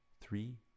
three